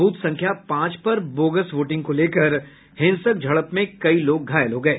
booth संख्या पांच पर बोगस वोटिंग को लेकर हिंसक झड़प में कई लोग घायल हो गये